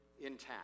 intact